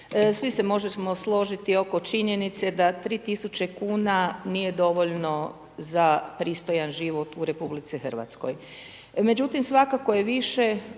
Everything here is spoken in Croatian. svi se možemo složiti oko činjenice da 3000 kuna nije dovoljno za pristojan život u RH. Međutim svakako je više